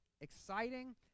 exciting